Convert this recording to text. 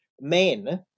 men